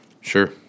Sure